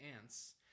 Ants